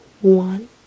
One